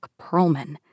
Perlman